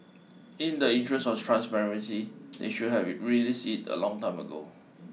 in the interest of transparency they should have released it a long time ago